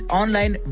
online